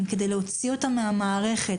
כדי להוציא אותם מן המערכת,